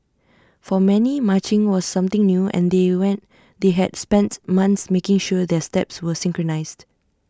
for many marching was something new and they when they had spent months making sure their steps were synchronised